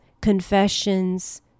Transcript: confessions